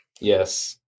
yes